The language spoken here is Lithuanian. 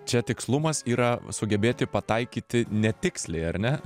čia tikslumas yra sugebėti pataikyti netiksliai ar ne